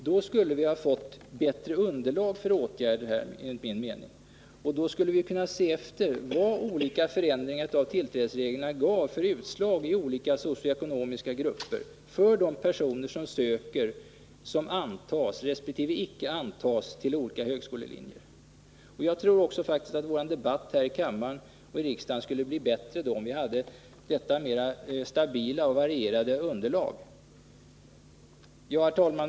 Då skulle vi enligt min mening ha fått bättre underlag för åtgärder, och då skulle vi kunna se efter, vad olika förändringar av tillträdesreglerna gav för utslag i olika socioekonomiska grupper för de personer som söker och antas resp. icke antas till olika högskolelinjer. Jag tror också att vår debatt här i riksdagen skulle bli bättre, om vi hade detta mera stabila och varierade underlag. Herr talman!